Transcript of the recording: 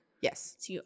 Yes